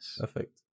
Perfect